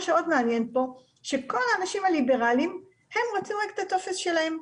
מה שעוד מעניין פה הוא שכל האנשים הליברליים רוצים רק את הטופס שלהם,